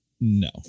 No